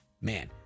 Man